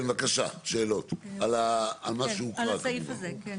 כן, בבקשה, שאלות על מה שהוקרא כמובן.